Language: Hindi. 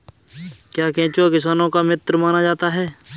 क्या केंचुआ किसानों का मित्र माना जाता है?